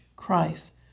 Christ